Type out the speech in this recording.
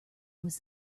was